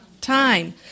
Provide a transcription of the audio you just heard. time